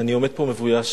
אני עומד פה מבויש